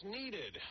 needed